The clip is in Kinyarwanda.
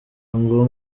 ngo